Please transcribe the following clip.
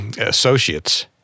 associates